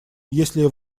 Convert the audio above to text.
если